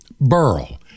Burl